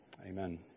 Amen